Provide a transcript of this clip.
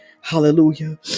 Hallelujah